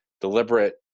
deliberate